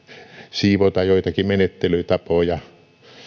siivota joitakin menettelytapoja